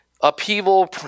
upheaval